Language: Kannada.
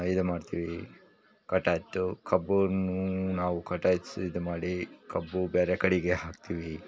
ಇದು ಮಾಡ್ತೀವಿ ಕಟಾಯ್ತು ಕಬ್ಬನ್ನೂ ನಾವು ಕಟಾವ್ ಇದು ಮಾಡಿ ಕಬ್ಬು ಬೇರೆ ಕಡೆಗೆ ಹಾಕ್ತೀವಿ